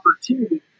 opportunity